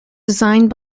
designed